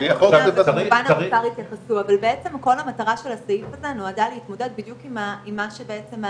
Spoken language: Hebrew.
2,500 הסתייגויות והתנגדויות וההליך כרגע נמצא בבירור.